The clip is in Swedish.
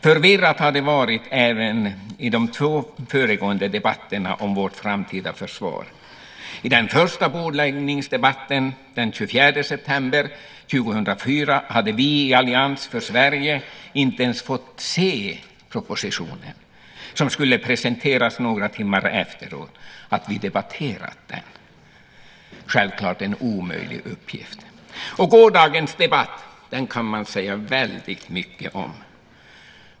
Förvirrat har det varit även i de två föregående debatterna om vårt framtida försvar. I den första bordläggningsdebatten den 24 september 2004 hade vi i Allians för Sverige inte ens fått se propositionen som skulle presenteras några timmar efter att vi debatterat den - självklart en omöjlig uppgift. Gårdagens debatt kan man säga väldigt mycket om.